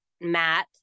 Matt